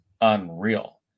unreal